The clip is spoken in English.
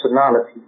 personality